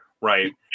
Right